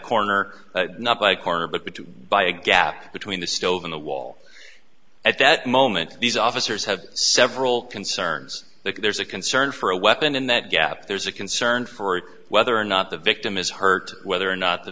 corner by a gap between the stove in the wall at that moment these officers have several concerns that there's a concern for a weapon in that gap there's a concern for whether or not the victim is hurt whether or not the